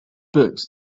books